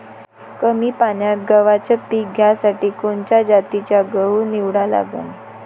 कमी पान्यात गव्हाचं पीक घ्यासाठी कोनच्या जातीचा गहू निवडा लागन?